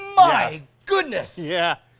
my goodness! yeah.